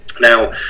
Now